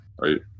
right